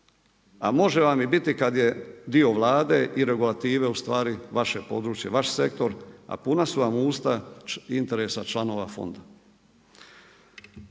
a može vam i biti kad je dio Vlade i regulative u stvari vaše područje, vaš sektor a puna su vam usta interesa članova fonda.